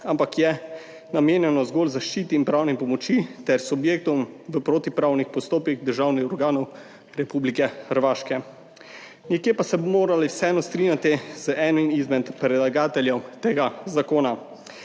ampak je namenjeno zgolj zaščiti in pravni pomoči ter subjektom v protipravnih postopkih državnih organov Republike Hrvaške. Nekje pa se bomo morali vseeno strinjati z enim izmed predlagateljev tega zakona.